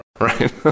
Right